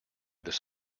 this